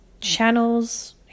channels